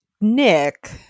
nick